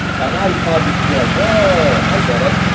by now, you probably should be like, whoa, i get it.